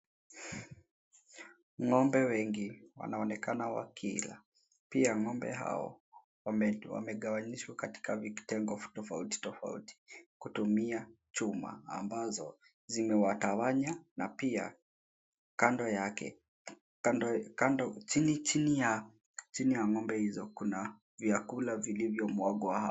Ng'ombe wengi wanaonekana wakila. Pia ng'ombe hao wamegawanyishwa katika vitengo tofauti tofauti kutumia chuma ambazo zimewatawanya na pia kando yake, chini ya ng'ombe hizo kuna vyakula vilivyo mwagwa hapo.